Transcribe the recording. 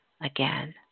again